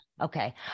Okay